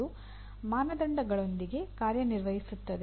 ಅದು ಮಾನದಂಡಗಳೊಂದಿಗೆ ಕಾರ್ಯನಿರ್ವಹಿಸುತ್ತದೆ